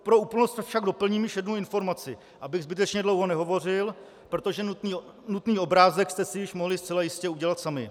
Pro úplnost však doplním již jen jednu informaci, abych zbytečně dlouho nehovořil, protože nutný obrázek jste si již mohli zcela jistě udělat sami.